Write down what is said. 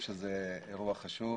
זה אירוע חשוב,